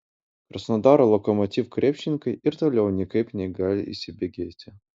krasnodaro lokomotiv krepšininkai ir toliau niekaip negali įsibėgėti